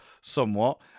somewhat